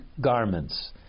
garments